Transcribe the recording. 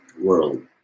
world